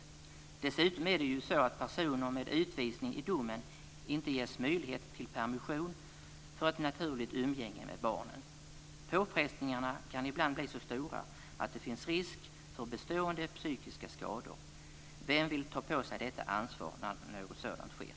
Dessutom är det så att personer med utvisning i domen inte ges möjlighet till permission för ett naturligt umgänge med barnen. Påfrestningarna kan ibland bli så stora att det finns risk för bestående psykiska skador. Vem vill ta på sig detta ansvar när något sådant sker?